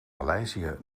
maleisië